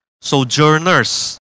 sojourners